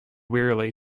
wearily